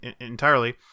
entirely